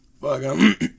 fuck